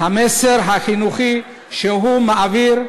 המסר החינוכי שהוא מעביר,